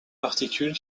particules